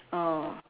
oh